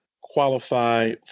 qualify